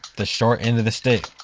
the short end of the stick.